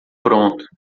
pronto